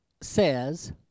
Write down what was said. says